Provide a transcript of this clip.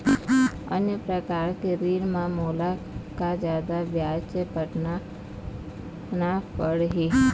अन्य प्रकार के ऋण म मोला का जादा ब्याज पटाना पड़ही?